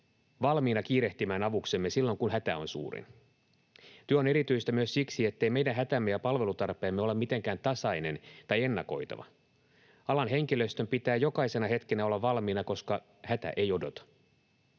valmiina kiirehtimään avuksemme silloin, kun hätä on suurin. Työ on erityistä myös siksi, ettei meidän hätämme ja palvelutarpeemme ole mitenkään tasainen tai ennakoitava. Alan henkilöstön pitää jokaisena hetkenä olla valmiina, koska hätä ei odota.